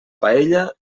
paella